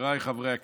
חבריי חברי הכנסת,